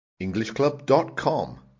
Englishclub.com